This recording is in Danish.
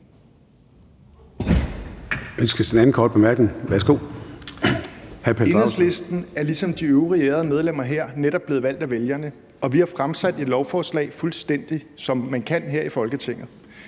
Ønskes den anden korte bemærkning? Værsgo,